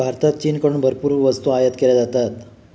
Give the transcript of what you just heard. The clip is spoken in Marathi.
भारतात चीनकडून भरपूर वस्तू आयात केल्या जातात